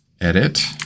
edit